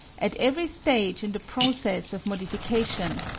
at every stage in the process of modification,